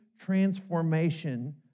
transformation